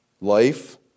life